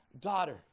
daughter